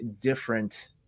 different